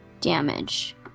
damage